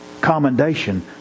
commendation